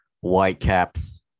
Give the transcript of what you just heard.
Whitecaps